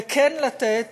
וכן לתת